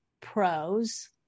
Pros